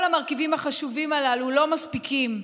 כל המרכיבים החשובים הללו לא מספיקים,